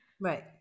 right